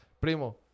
Primo